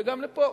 וגם לפה.